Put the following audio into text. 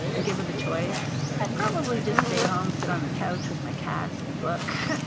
and given the choice, i'd probably just stay home, sit on the couch with my cats and a book.